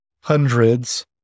hundreds